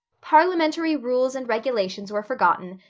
parliamentary rules and regulations were forgotten,